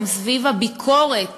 גם סביב הביקורת